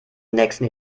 nächsten